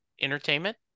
entertainment